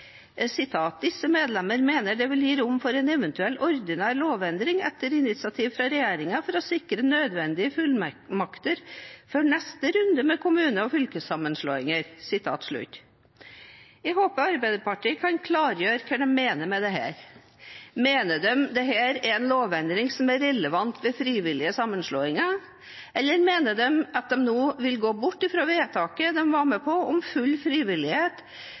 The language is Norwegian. medlemmer mener også at det vil gi rom for en eventuell ordinær lovendring etter initiativ fra regjeringen for å sikre nødvendige fullmakter før neste runde med kommune- eller fylkessammenslåinger.» Jeg håper Arbeiderpartiet kan klargjøre hva de mener med dette. Mener de at dette er en lovendring som er relevant ved frivillige sammenslåinger, eller mener de at de nå vil gå bort fra vedtaket om full frivillighet som de var med på,